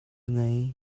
ngei